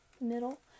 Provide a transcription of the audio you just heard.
middle